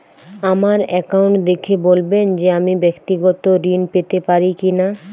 আমার অ্যাকাউন্ট দেখে বলবেন যে আমি ব্যাক্তিগত ঋণ পেতে পারি কি না?